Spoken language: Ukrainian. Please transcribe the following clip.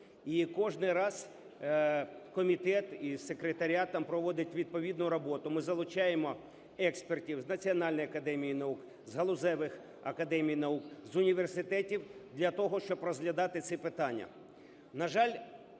і кожний раз комітет із секретаріатом проводить відповідну роботу, ми залучаємо експертів з Національної академії наук, з галузевих академій наук, з університетів для того, щоб розглядати ці питання.